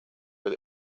but